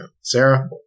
Sarah